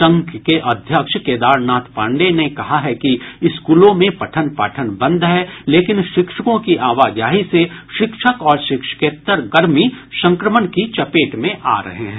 संघ के अध्यक्ष केदारनाथ पांडेय ने कहा है कि स्कूलों में पठन पाठन बंद है लेकिन शिक्षकों की आवाजाही से शिक्षक और शिक्षकेतर कर्मी संक्रमण की चपेट में आ रहे हैं